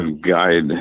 guide